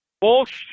bullshit